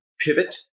pivot